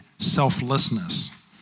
Selflessness